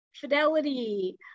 Fidelity